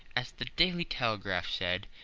as the daily telegraph said,